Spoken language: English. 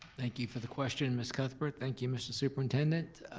thank you for the question, miss cuthbert. thank you, mr. superintendent.